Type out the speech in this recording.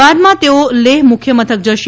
બાદમાં તેઓ લેહ મુખ્ય મથક જશે